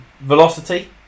Velocity